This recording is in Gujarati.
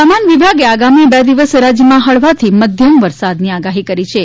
હવામાન વિભાગે આગામી બે દિવસ રાજ્યમાં હળવાથી મધ્યમ વરસાદની આગાહી કરી છે